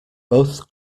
both